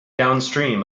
downstream